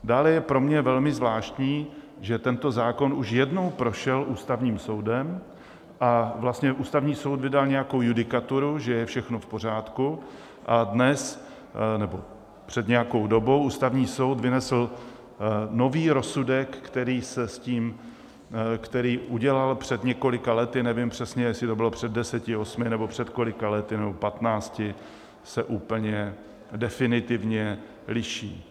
Dále je pro mě velmi zvláštní, že tento zákon už jednou prošel Ústavním soudem a Ústavní soud vydal nějakou judikaturu, že je všechno v pořádku, a dnes nebo před nějakou dobou Ústavní soud vynesl nový rozsudek, který se s tím, který udělal před několika lety nevím přesně, jestli to bylo před deseti, osmi, patnácti nebo před kolika lety se úplně definitivně liší.